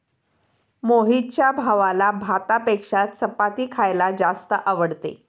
मोहितच्या भावाला भातापेक्षा चपाती खायला जास्त आवडते